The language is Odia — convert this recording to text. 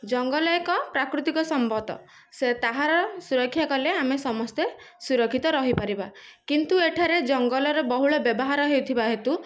ଜଙ୍ଗଲ ଏକ ପ୍ରାକୃତିକ ସମ୍ପଦ ତାହାର ସୁରକ୍ଷା କଲେ ଆମେ ସମସ୍ତେ ସୁରକ୍ଷିତ ରହିପାରିବା କିନ୍ତୁ ଏଠାରେ ଜଙ୍ଗଲର ବହୁଳ ବ୍ୟବହାର ହେଉଥିବା ହେତୁ